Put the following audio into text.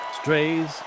Strays